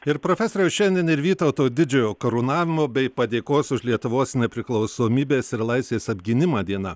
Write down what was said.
ir profesoriau šiandien ir vytauto didžiojo karūnavimo bei padėkos už lietuvos nepriklausomybės ir laisvės apgynimą diena